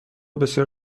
بسیار